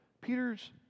Peter's